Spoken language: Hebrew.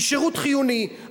היא שירות חיוני.